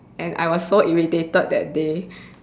and I was so irritated that day